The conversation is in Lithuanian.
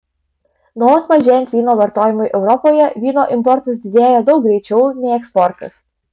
nuolat mažėjant vyno vartojimui europoje vyno importas didėja daug greičiau nei eksportas